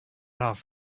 off